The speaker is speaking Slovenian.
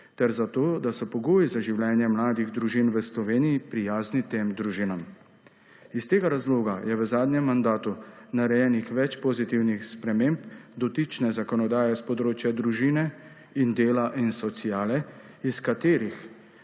ter za to, da so pogoji za življenje mladih družin v Sloveniji prijazni tem družinam. Iz tega razloga je v zadnjem mandatu narejenih več pozitivnih sprememb dotične zakonodaje s področja družine, dela in sociale, zaradi katerih